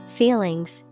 feelings